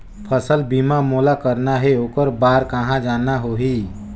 फसल बीमा मोला करना हे ओकर बार कहा जाना होही?